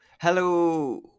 hello